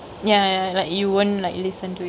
ya ya like you won't like listen to it